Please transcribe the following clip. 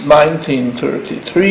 1933